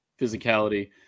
physicality